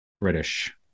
British